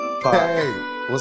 Hey